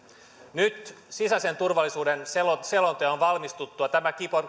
nyt sisäisen turvallisuuden selonteon selonteon valmistuttua tämä